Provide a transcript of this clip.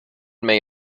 may